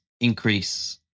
increase